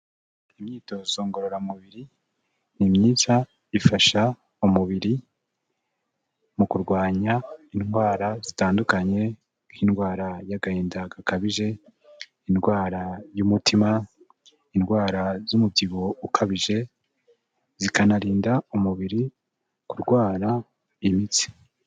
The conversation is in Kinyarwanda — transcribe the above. Imyitozo ngororamubiri ni myiza ifasha umubiri mu kurwanya indwara zitandukanye, nk'indwara y'agahinda gakabije, indwara y'umutima, indwara z'umubyibuho ukabije, zikanarinda umubiri kurwara imitsi.